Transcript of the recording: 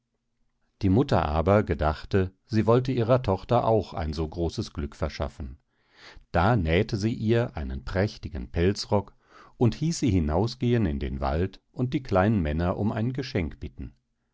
die mutter aber gedachte sie wollte ihrer tochter auch ein so großes glück verschaffen da nähte sie ihr einen prächtigen pelzrock und hieß sie hinausgehen in den wald und die kleinen männer um ein geschenk bitten